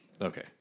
Okay